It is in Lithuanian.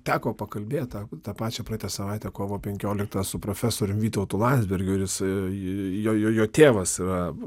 teko pakalbėt tą tą pačią praeitą savaitę kovo penkioliktą su profesorium vytautu landsbergiu ir jisai jo jo tėvas yra